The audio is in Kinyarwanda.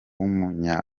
w’umunya